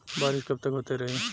बरिस कबतक होते रही?